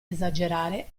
esagerare